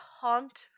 haunt